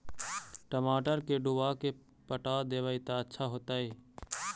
टमाटर के डुबा के पटा देबै त अच्छा होतई?